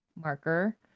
marker